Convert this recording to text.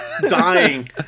dying